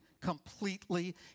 completely